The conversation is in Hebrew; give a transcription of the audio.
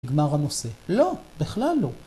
נגמר הנושא. לא, בכלל לא.